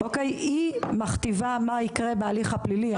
היא מכתיבה מה יקרה בהליך הפלילי,